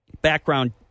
background